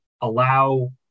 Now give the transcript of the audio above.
allow